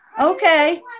Okay